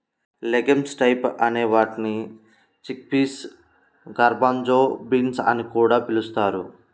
legumes types అనే వాటిని chickpeas, garbanzo beans అని కూడా పిలుస్తారు